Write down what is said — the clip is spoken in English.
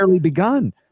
begun